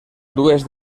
dues